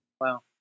wow